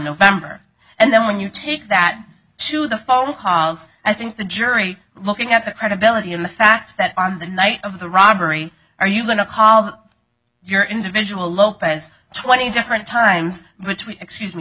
november and then when you take that to the phone calls i think the jury looking at the credibility of the facts that on the night of the robbery are you going to call your individual lopez twenty different times which we excuse me